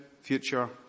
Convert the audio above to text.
future